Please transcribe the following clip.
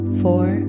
four